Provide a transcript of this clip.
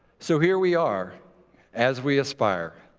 so here we are as we aspire.